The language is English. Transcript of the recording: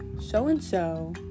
so-and-so